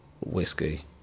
whiskey